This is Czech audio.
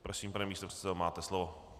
Prosím, pane místopředsedo, máte slovo.